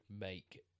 make